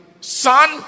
son